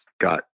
got